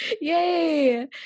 yay